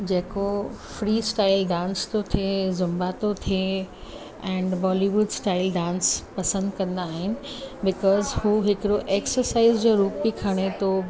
जेको freestyle dance थो थिए ज़ुंबा थो थिए ऐंड बॉलीवुड डांस पसंदि कंदा आहिनि बिकॉज़ हू हिकिड़ो एक्सरसाइज़ जो रूप बि खणे थो